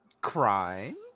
Crime